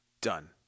Done